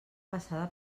passada